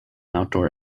outdoor